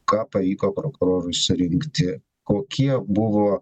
ką pavyko prokurorui surinkti kokie buvo